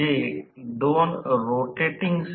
आता एक संगणकीय प्रक्रिया आहे